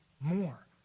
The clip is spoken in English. more